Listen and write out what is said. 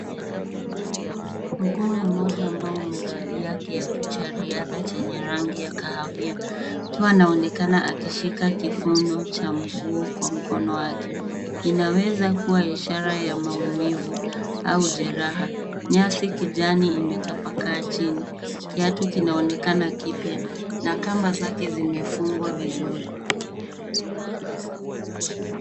Mguu mmoja ambao umevalia kiatu cha riadha chenye rangi ya kahawia. Mtu anaonekana akishika kifundo cha mguu kwa mkono wake. Inaweza kuwa ishara ya maumivu au jeraha. Nyasi kijani imetapakaa chini. Kiatu kinaonekana kipya na kamba zake zimefungwa vizuri.